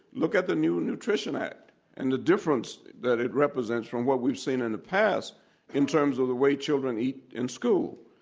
look at the new nutrition act and the difference that it represents from what we've seen in the past in terms of the way children eat in school.